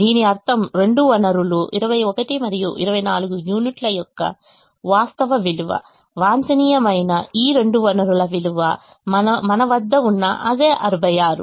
దీని అర్థం రెండు వనరుల 21 మరియు 24 యూనిట్లు యొక్క వాస్తవ విలువ వాంఛనీయమైన ఈ రెండు వనరుల విలువ మన వద్ద ఉన్న అదే 66